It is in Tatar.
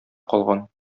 калган